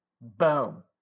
Boom